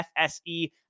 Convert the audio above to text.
FSE